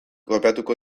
kopiatuko